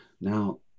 Now